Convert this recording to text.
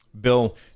Bill